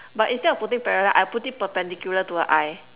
but instead of putting parallel I put it perpendicular to her eye